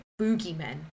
boogeymen